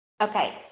Okay